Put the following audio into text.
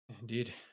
Indeed